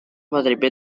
potrebbe